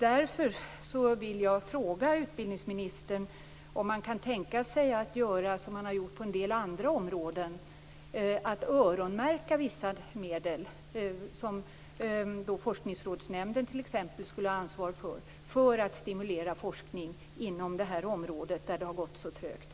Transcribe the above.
Därför vill jag fråga utbildningsministern om han kan tänka sig att göra som han har gjort på en del andra områden, alltså att öronmärka vissa medel som t.ex. Forskningsrådsnämnden skulle ha ansvar för, för att stimulera forskning inom det här området där det har gått så trögt.